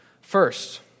First